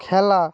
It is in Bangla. খেলা